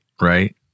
right